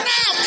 Now